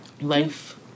Life